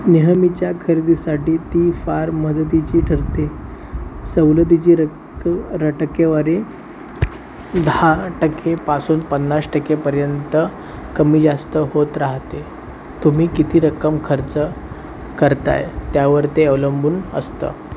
नेहमीच्या खरेदीसाठी ती फार मदतीची ठरते सवलतीची रक् र टक्केवारी दहा टक्केपासून पन्नास टक्केपर्यंत कमी जास्त होत रहाते तुम्ही किती रक्कम खर्च करत आहे त्यावर ते अवलंबून असतं